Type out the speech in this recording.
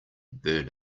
burn